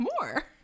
more